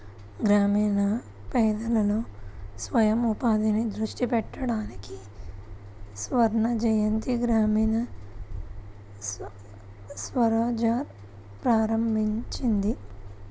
గ్రామీణ పేదలలో స్వయం ఉపాధిని దృష్టి పెట్టడానికి స్వర్ణజయంతి గ్రామీణ స్వరోజ్గార్ ప్రారంభించింది